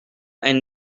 and